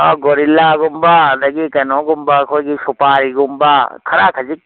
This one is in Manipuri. ꯑꯥ ꯒꯣꯔꯤꯂꯥꯒꯨꯝꯕ ꯑꯗꯒꯤ ꯀꯩꯅꯣꯒꯨꯝꯕ ꯑꯩꯈꯣꯏꯒꯤ ꯁꯨꯄꯥꯔꯤꯒꯨꯝꯕ ꯈꯔ ꯈꯖꯤꯛ